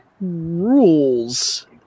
rules